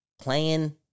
playing